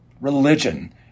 religion